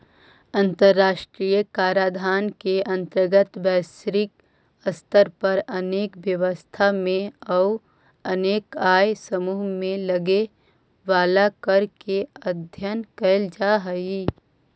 अंतर्राष्ट्रीय कराधान के अंतर्गत वैश्विक स्तर पर अनेक व्यवस्था में अउ अनेक आय समूह में लगे वाला कर के अध्ययन कैल जा हई